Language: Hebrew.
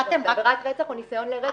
בעבירת רצח או ניסיון לרצח.